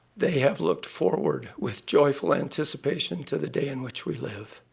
they have looked forward with joyful anticipation to the day in which we live